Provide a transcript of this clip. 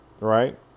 right